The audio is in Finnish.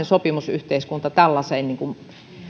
sopimusyhteiskunnan tällaiseen